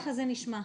טוב,